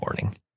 morning